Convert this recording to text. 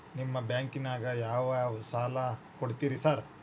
ನಿಮ್ಮ ಬ್ಯಾಂಕಿನಾಗ ಯಾವ್ಯಾವ ಸಾಲ ಕೊಡ್ತೇರಿ ಸಾರ್?